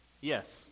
Yes